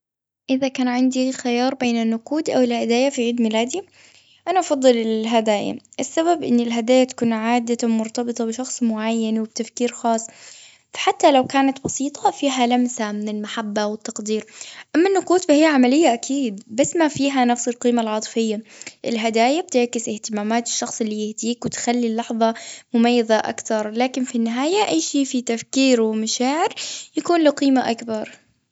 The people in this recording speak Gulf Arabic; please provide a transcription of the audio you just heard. إذا كان عندي خيار بين النقود أو الهدايا في عيد ميلادي، أنا أفضل ال هدايا. السبب إن الهدايا تكون عادة مرتبطة بشخص معين، والتفكير خاص. فحتى لو كانت بسيطة، فيها لمسة من المحبة والتقدير. أما النقود فهي عملية أكيد، بس ما فيها نفس القيمة العاطفية. الهدايا بتعكس اهتمامات الشخص اللي يهديك، وتخلي اللحظة مميزة أكثر. لكن في النهاية، أي شي فيه تفكير ومشاعر، يكون له قيمة أكبر.